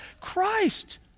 Christ